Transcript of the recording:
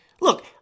look